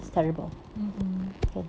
mm mm